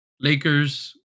Lakers